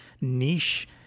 niche